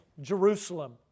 Jerusalem